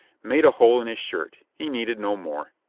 made a hole in his shirt. he needed no more.